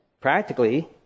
Practically